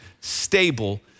stable